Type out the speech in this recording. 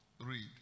Read